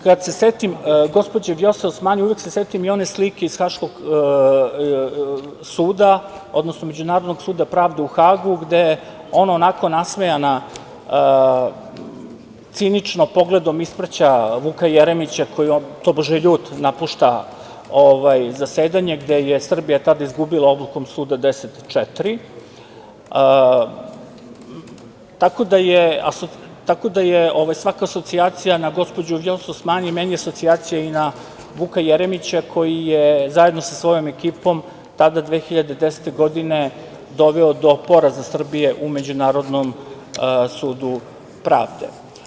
Kad se setim gospođe Vjose Osmani, uvek se setim i one slike iz haškog suda, odnosno Međunarodnog suda pravde u Hagu, gde ona onako nasmejana, cinično, pogledom ispraća Vuka Jeremića, koji tobože ljut napušta zasedanje, gde je Srbija tada izgubila odlukom suda 10:4, tako da je svaka asocijacija na gospođu Vjosu Osmani meni asocijacija i na Vuka Jeremića, koji je zajedno sa svojom ekipom tada, 2010. godine, doveo do poraza Srbije u Međunarodnom sudu pravde.